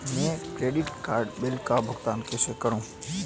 मैं credit card bill का भुगतान कैसे करूं?